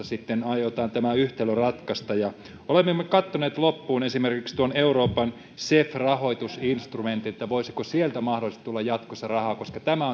sitten aiotaan tämä yhtälö ratkaista olemmeko me katsoneet loppuun esimerkiksi tuon euroopan cef rahoitus instrumentin että voisiko sieltä mahdollisesti tulla jatkossa rahaa koska tämä